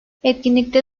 etkinlikte